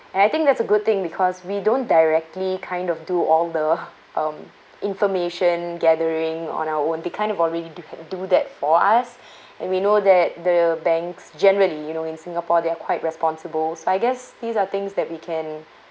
and I think that's a good thing because we don't directly kind of do all the mm information gathering on our own they kind of already do do that for us and we know that the banks generally you know in singapore they are quite responsible so I guess these are things that we can